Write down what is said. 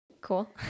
Cool